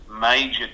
major